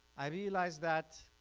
i realized that